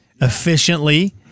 efficiently